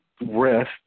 rest